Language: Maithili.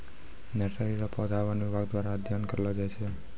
नर्सरी रो पौधा वन विभाग द्वारा अध्ययन करलो जाय छै